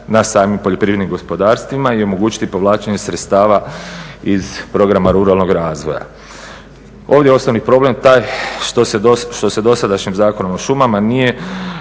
na samim poljoprivrednim gospodarstvima i omogućiti povlačenje sredstava iz Programa ruralnog razvoja. Ovdje je osnovni problem taj što se dosadašnjim Zakonom o šumama nije